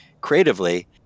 creatively